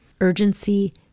urgency